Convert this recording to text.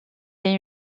est